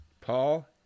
Paul